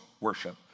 worship